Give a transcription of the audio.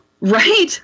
Right